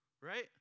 right